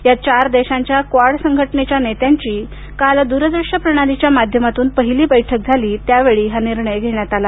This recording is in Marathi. या चार देशांच्या क्वाड संघटनेच्या नेत्यांची काल दूरदृश्य प्रणालीच्या माध्यमातून पहिली बैठक झाली त्यावेळी हा निर्णय घेण्यात आला